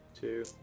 two